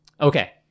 Okay